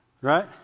Right